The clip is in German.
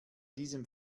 diesem